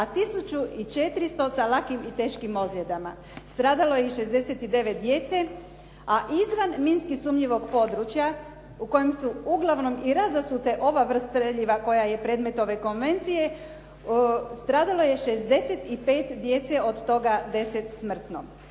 i 400 sa lakim i teškim ozljedama. Stradalo je 69 djece, a izvan minski sumnjivog područja u kojem su uglavnom i razasute ove vrste streljiva koja je predmet ove konvencije, stradalo je 65 djece od toga 10 smrtno.